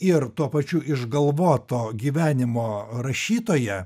ir tuo pačiu išgalvoto gyvenimo rašytoja